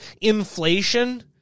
inflation